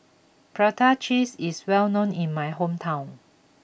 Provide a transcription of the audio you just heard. Prata Cheese is well known in my hometown